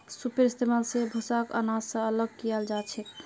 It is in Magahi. सूपेर इस्तेमाल स भूसाक आनाज स अलग कियाल जाछेक